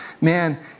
man